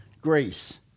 grace